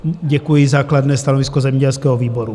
Děkuji za kladné stanovisko zemědělského výboru.